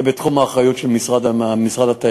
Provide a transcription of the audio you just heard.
זה בתחום האחריות של משרד התיירות.